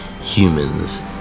humans